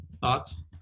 Thoughts